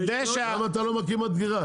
למה אתה לא מקים מדגרה?